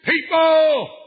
people